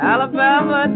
Alabama